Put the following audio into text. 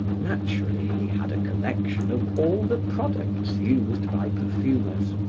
naturally he had a collection of all the products used by perfumers.